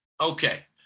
Okay